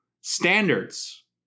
standards